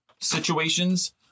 situations